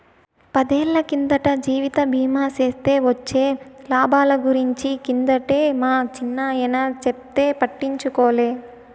పదేళ్ళ కిందట జీవిత బీమా సేస్తే వొచ్చే లాబాల గురించి కిందటే మా చిన్నాయన చెప్తే పట్టించుకోలే